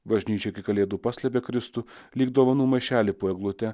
bažnyčia iki kalėdų paslėpė kristų lyg dovanų maišelį po eglute